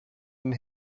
and